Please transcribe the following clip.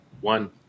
one